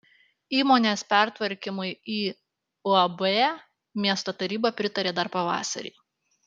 įmonės pertvarkymui į uab miesto taryba pritarė dar pavasarį